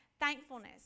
Thankfulness